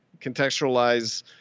contextualize